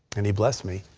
and he blessed me.